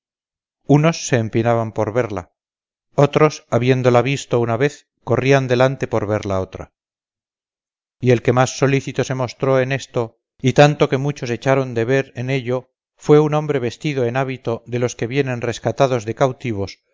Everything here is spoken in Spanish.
unos se empinaban por verla otros habiendola visto una vez corrían adelante por verla otra y el que más solícito se mostró en esto y tanto que muchos echaron de ver en ello fue un hombre vestido en hábito de los que vienen rescatados de cautivos